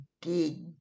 dig